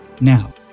Now